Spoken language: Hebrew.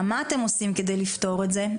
מה אתם עושים כדי לפתור את זה?